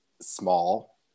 small